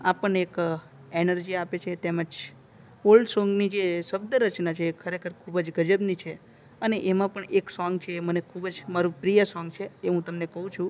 આપણને એક એનર્જિ આપે છે તેમજ ઓલ્ડ સોંગની જે શબ્દરચના છે એ ખરેખર ખૂબ જ ગજબની છે અને એમાં પણ એક સોંગ છે એ મને ખૂબ જ મારું પ્રિય સોંગ છે એ હું તમને કહું છું